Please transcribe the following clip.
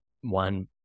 one